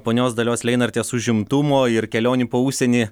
ponios dalios leinartės užimtumo ir kelionių po užsienį